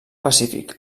pacífic